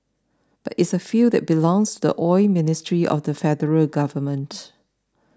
but it's a field that belongs to the Oil Ministry of the Federal Government